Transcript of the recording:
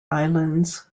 islands